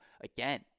again